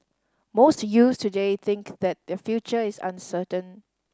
most youths today think that their future is uncertain